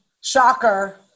shocker